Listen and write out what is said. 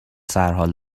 سرحال